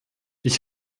ich